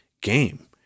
game